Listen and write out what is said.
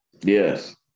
yes